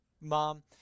Mom